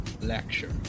Lecture